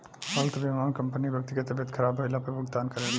health बीमा में company व्यक्ति के तबियत ख़राब भईला पर भुगतान करेला